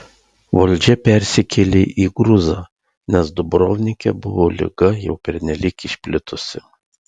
valdžia persikėlė į gruzą nes dubrovnike buvo liga jau pernelyg išplitusi